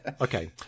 Okay